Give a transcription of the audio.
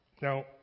Now